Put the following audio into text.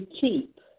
keep